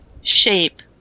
shape